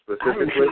specifically